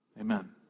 Amen